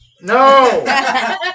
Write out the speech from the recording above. No